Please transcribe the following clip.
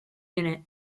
unit